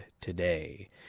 today